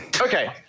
Okay